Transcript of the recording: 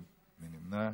מי נמנע?